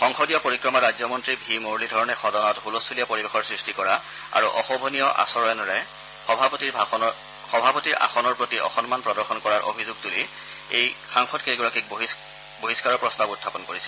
সংসদীয় পৰিক্ৰমা ৰাজ্যমন্ত্ৰী ভি মুৰলীধৰণে সদনত ছলস্থলীয়া পৰিৱেশৰ সুষ্টি কৰা আৰু অশোভনীয় আচৰণেৰে সভাপতিৰ ভাষণৰ প্ৰতি অসন্মান প্ৰদৰ্শন কৰাৰ অভিযোগ তুলি এই সাংসদকেইগৰাকীক বহিষ্ণাৰৰ প্ৰস্তাৱ উখাপন কৰিছিল